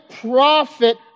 prophet